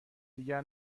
دیگر